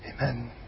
Amen